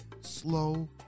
slow